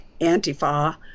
Antifa